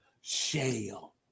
Shale